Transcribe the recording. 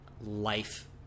life